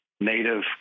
native